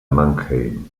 mannheim